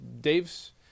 Dave's